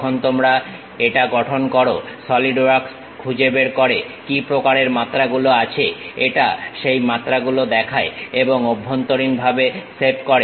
যখন তোমরা এটা গঠন করো সলিড ওয়ার্কস খুঁজে বের করে কি প্রকারের মাত্রাগুলো আছে এটা সেই মাত্রাগুলো দেখায় এবং অভ্যন্তরীণভাবে সেভ করে